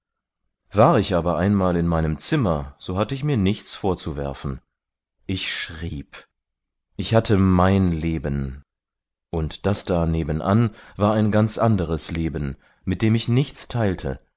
war ich aber einmal in meinem zimmer so hatte ich mir nichts vorzuwerfen ich schrieb ich hatte mein leben und das da nebenan war ein ganz anderes leben mit dem ich nichts teilte